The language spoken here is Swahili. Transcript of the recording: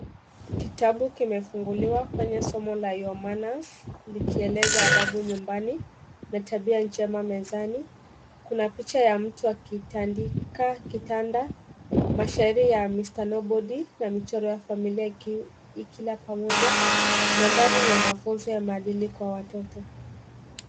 Kitabu kimefunguliwa kwenye somo la your manners likieleza adabu nyumbani na tabia njema mezani. Kuna picha ya mtu akitandika kitanda. Mashairi ya Mr. Nobody na michoro ya familia ikila pamoja, mandhari ni ya mafunzo ya maadili kwa watoto.